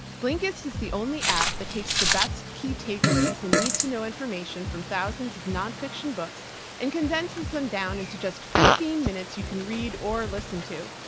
blinkist is the only app that takes the best key takeaways and need to know information from thousands of nonfiction books and condense them down into just fifteen minutes you can read or listen to.